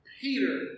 Peter